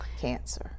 cancer